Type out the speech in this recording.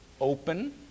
open